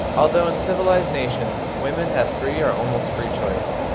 although in civilised nations women have free or almost free choice,